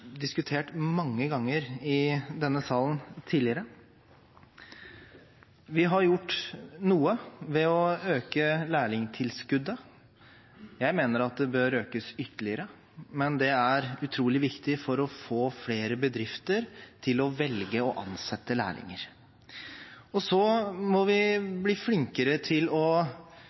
diskutert mange ganger tidligere i denne sal. Vi har gjort noe ved å øke lærlingtilskuddet. Jeg mener det bør økes ytterligere, fordi dette er utrolig viktig for å få flere bedrifter til å velge å ansette lærlinger. Vi må